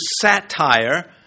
satire